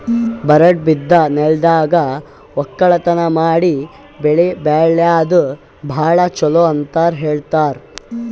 ಬರಡ್ ಬಿದ್ದ ನೆಲ್ದಾಗ ವಕ್ಕಲತನ್ ಮಾಡಿ ಬೆಳಿ ಬೆಳ್ಯಾದು ಭಾಳ್ ಚೊಲೋ ಅಂತ ಹೇಳ್ತಾರ್